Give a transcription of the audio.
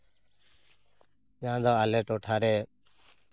ᱡᱟᱦᱟᱸ ᱫᱚ ᱟᱞᱮ ᱴᱚᱴᱷᱟᱨᱮ